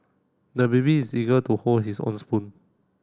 the baby is eager to hold his own spoon